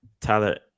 Tyler